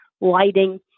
lighting